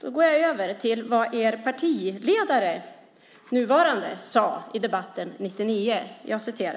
Jag går över till vad er nuvarande partiledare sade i debatten 1998.